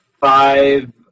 five